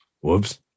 Whoops